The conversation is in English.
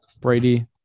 Brady